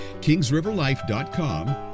KingsRiverLife.com